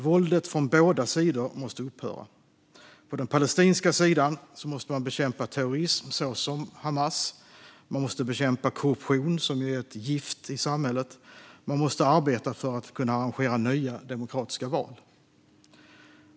Våldet från båda sidor måste upphöra. På den palestinska sidan måste man bekämpa terrorism, såsom Hamas. Man måste bekämpa korruption, som är ett gift i samhället. Man måste också arbeta för att kunna arrangera nya demokratiska val.